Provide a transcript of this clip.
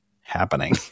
happening